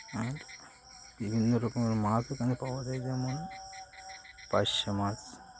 আর বিভিন্ন রকমের মাছ দখানে পাওয়া যায় যেমন পারশে মাছ